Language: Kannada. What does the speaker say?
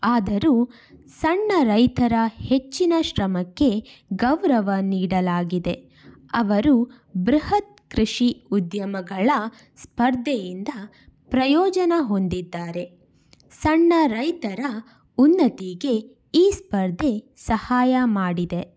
ಆದರೂ ಸಣ್ಣ ರೈತರ ಹೆಚ್ಚಿನ ಶ್ರಮಕ್ಕೆ ಗೌರವ ನೀಡಲಾಗಿದೆ ಅವರು ಬೃಹತ್ ಕೃಷಿ ಉದ್ಯಮಗಳ ಸ್ಪರ್ಧೆಯಿಂದ ಪ್ರಯೋಜನ ಹೊಂದಿದ್ದಾರೆ ಸಣ್ಣ ರೈತರ ಉನ್ನತಿಗೆ ಈ ಸ್ಪರ್ಧೆ ಸಹಾಯ ಮಾಡಿದೆ